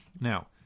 Now